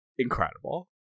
incredible